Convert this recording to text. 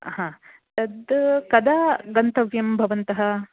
हा तद् कदा गन्तव्यं भवन्तः